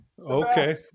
okay